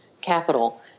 capital